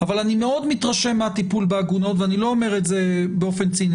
אבל אני מאוד מתרשם מהטיפול בעגונות ואני לא אומר את זה באופן ציני.